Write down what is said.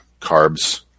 carbs